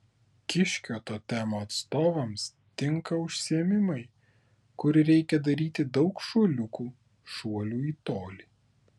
kiškio totemo atstovams tinka užsiėmimai kur reikia daryti daug šuoliukų šuolių į tolį